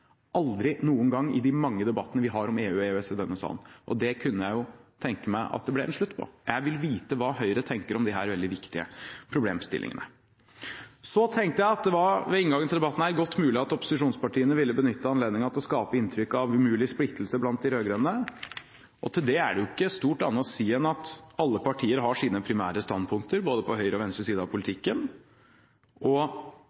aldri noen gang i de mange debattene vi har om EU og EØS i denne salen. Det kunne jeg tenke meg at det ble en slutt på. Jeg vil vite hva Høyre tenker om disse veldig viktige problemstillingene. Så tenkte jeg, ved inngangen til debatten her, at det var godt mulig at opposisjonspartiene ville benytte anledningen til å skape inntrykk av en mulig splittelse blant de rød-grønne. Til det er det jo ikke stort annet å si enn at alle partier har sine primære standpunkter, både på høyre og venstre side av